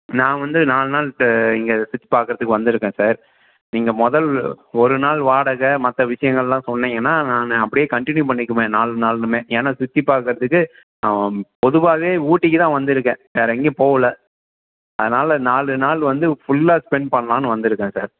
நான் வந்து நாலு நாள் த இங்கே சுற்றி பார்க்குறதுக்கு வந்து இருக்கேன் சார் நீங்கள் முதல் ஒரு நாள் வாடகை மற்ற விஷயங்கள் எல்லாம் சொன்னிங்கன்னா நான் அப்படியே கண்டினியூ பண்ணிக்குவேன் நாலு நாளுமே ஏன்னா சுற்றி பார்க்குறதுக்கு பொதுவாகவே ஊட்டிக்கு தான் வந்து இருக்கேன் வேறு எங்கேயும் போவலை அதனால் நாலு நாள் வந்து ஃபுல்லாக ஸ்பென்ட் பண்ணலான்னு வந்து இருக்கேன் சார்